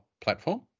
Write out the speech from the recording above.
Platform